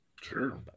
Sure